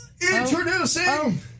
Introducing